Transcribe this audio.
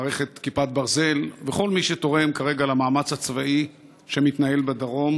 מערכת כיפת ברזל וכל מי שתורם כרגע למאמץ הצבאי שמתנהל בדרום.